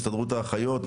הסתדרות האחיות,